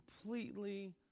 completely